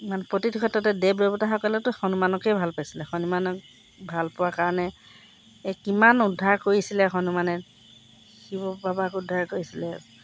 ইমান প্ৰতিটো ক্ষেত্ৰতে দেৱ দেৱতাসকলেতো হনুমানকেই ভাল পাইছিলে হনুমানক ভাল পোৱাৰ কাৰণে এ কিমান উদ্ধাৰ কৰিছিলে হনুমানে শিৱবাবাক উদ্ধাৰ কৰিছিলে